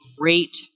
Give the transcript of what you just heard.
great